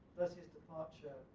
does his departure